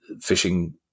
fishing